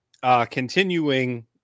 Continuing